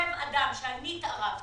אני התערבתי,